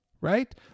right